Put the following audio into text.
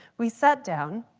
we sat down.